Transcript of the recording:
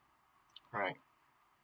alright